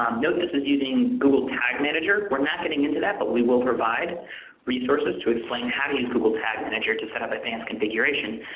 um note this is using google tag manager. we are not getting into that but we will provide resources to explain how to use the google tag manager to set up advanced configurations.